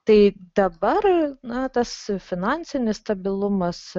tai dabar na tas finansinis stabilumas